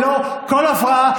ללא כל הפרעה,